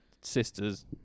sister's